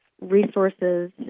resources